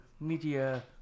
media